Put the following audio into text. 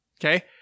Okay